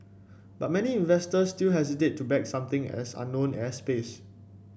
but many investors still hesitate to back something as unknown as space